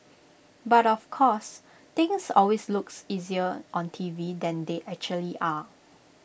but of course things always look easier on T V than they actually are